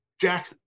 Jack